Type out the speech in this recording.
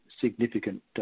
significant